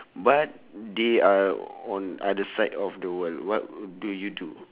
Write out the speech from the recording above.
but they are on other side of the world what do you do